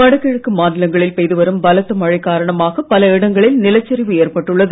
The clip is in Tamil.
வடகிழக்கு மாநிலங்களில் பெய்து வரும் பலத்த மழை காரணமாக பல இடங்களில் நிலச்சரிவு ஏற்பட்டுள்ளது